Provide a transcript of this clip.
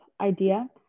idea